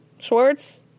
Schwartz